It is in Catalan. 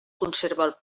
conserva